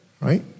right